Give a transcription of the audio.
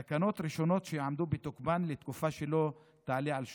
תקנות ראשונות שיעמדו בתוקפן לתקופה שלא תעלה על שנתיים,